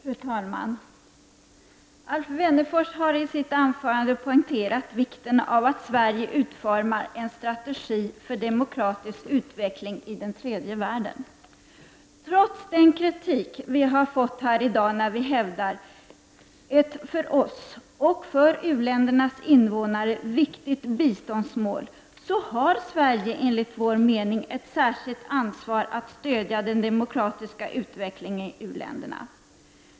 Fru talman! Alf Wennerfors har i sitt anförande poängterat vikten av att Sverige utformar en strategi för demokratisk utveckling i tredje världen. Trots den kritik vi har fått här i dag när vi hävdar ett för oss och för u-ländernas invånare viktigt biståndsmål, så hävdar vi ändå att Sverige har ett särskilt ansvar för att stödja den demokratiska utvecklingen i u-länderna.